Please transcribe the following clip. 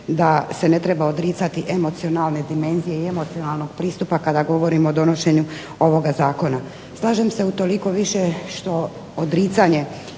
da se ne treba odricati emocionalne dimenzije i emocionalnog pristupa kada govorimo o donošenju ovoga Zakona. Slažem se utoliko više što odricanje